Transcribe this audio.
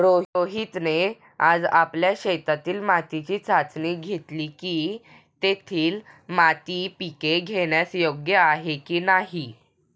रोहितने आज आपल्या शेतातील मातीची चाचणी घेतली की, तेथील माती पिके घेण्यास योग्य आहे की नाही